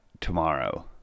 tomorrow